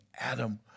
Adam